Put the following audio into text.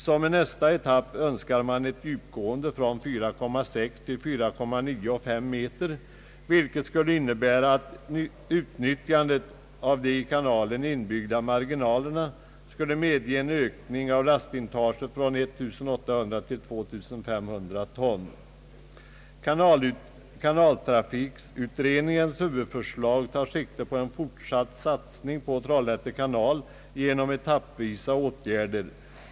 Som en nästkommande etapp önskar man ett djupgående på 4,6—4,9 å 5 meter, vilket skulle innebära att man kunde utnyttja de i kanalen inbyggda marginalerna. Det skulle också medge en ökning av lastintaget från 1 800 till 2 500 ton. Kanaltrafikutredningens huvudförslag tar sikte på en fortsatt satsning på Trollhätte kanal genom åtgärder etappvis.